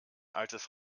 altes